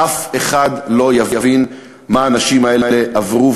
אף אחד לא יבין מה האנשים האלה עברו,